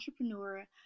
entrepreneur